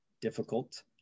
difficult